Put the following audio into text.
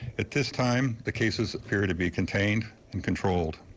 at this time, the cases appear to be contained and controlled.